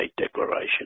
declaration